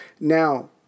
Now